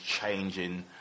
changing